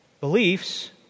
beliefs